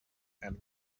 and